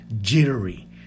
jittery